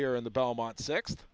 here in the belmont s